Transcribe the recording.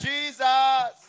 Jesus